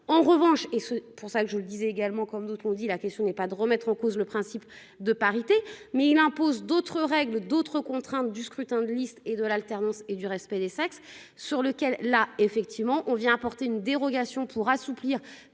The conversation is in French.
En revanche, et ce pour ça que je vous le disais également comme d'autres l'ont dit, la question n'est pas de remettre en cause le principe de parité mais il impose d'autres règles d'autres contraintes du scrutin de liste et de l'alternance et du respect des sexes sur lequel, là effectivement on vient apporter une dérogation pour assouplir